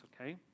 okay